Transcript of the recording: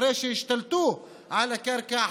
אחרי שהשתלטו על הקרקע,